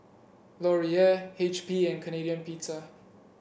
Laurier H P and Canadian Pizza